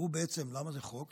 למה זה חוק?